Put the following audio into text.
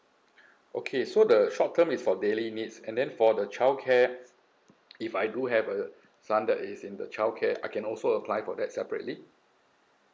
okay so the short term is for daily needs and then for the childcare if I do have a son that is in the childcare I can also apply for that separately